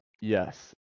Yes